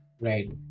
Right